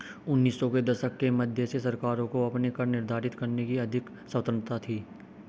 उन्नीस सौ के दशक के मध्य से सरकारों को अपने कर निर्धारित करने की अधिक स्वतंत्रता थी